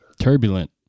Turbulent